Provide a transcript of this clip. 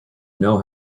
know